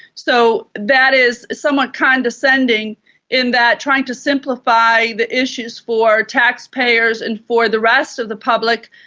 so that is somewhat condescending in that trying to simplify the issues for taxpayers and for the rest of the public,